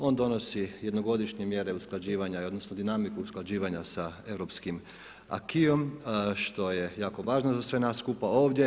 On donosi jednogodišnje mjere usklađivanja odnosno dinamiku usklađivanja sa europskim acqisom što je jako važno za sve nas skupa ovdje.